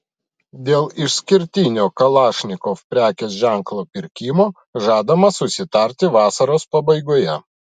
dėl išskirtinio kalašnikov prekės ženklo pirkimo žadama susitarti vasaros pabaigoje